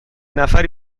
نفری